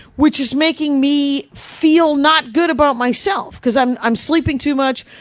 which is making me, feel not good about myself. cause i'm i'm sleeping too much,